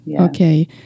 Okay